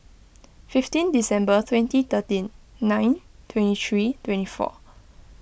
fifteen December twenty thirteen nine twenty three twenty four